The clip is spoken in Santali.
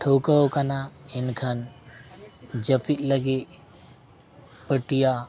ᱴᱷᱟᱹᱣᱠᱟᱹᱣ ᱠᱟᱱᱟ ᱮᱱᱠᱷᱟᱱ ᱡᱟᱹᱯᱤᱫ ᱞᱟᱹᱜᱤᱫ ᱯᱟᱹᱴᱤᱭᱟᱹ